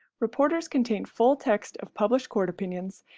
reporters contain full text of published court opinions,